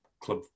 club